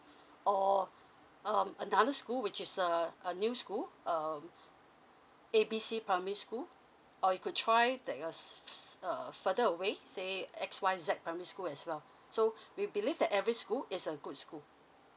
or um another school which is err a new school um A B C primary school or you could try that yours uh further away say X Y Z primary school as well so we believe that every school is a good school